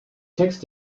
text